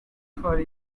for